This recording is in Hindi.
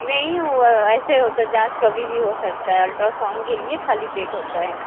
नहीं ऐसे ही होता है जांच कभी भी हो सकता है अल्ट्रासाउंड के लिए खाली पेट होता है